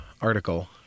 article